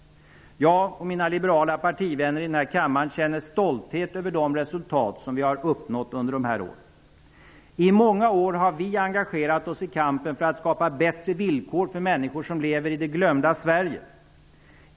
Jag och mina liberala partivänner i denna kammare känner stolthet över de resultat som vi har uppnått under dessa år. I många år har vi engagerat oss i kampen för att skapa bättre villkor för människor som lever i det glömda Sverige.